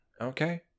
okay